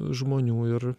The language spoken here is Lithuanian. žmonių ir